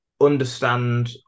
understand